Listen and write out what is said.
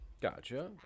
gotcha